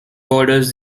borders